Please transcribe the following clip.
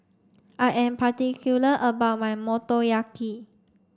I am particular about my Motoyaki